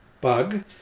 bug